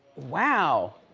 wow.